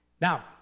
Now